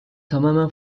tamamen